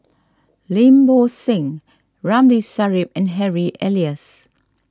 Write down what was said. Lim Bo Seng Ramli Sarip and Harry Elias